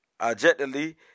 objectively